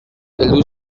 heldu